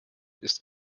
ist